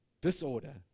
Disorder